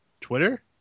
Twitter